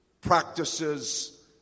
practices